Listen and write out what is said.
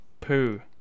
poo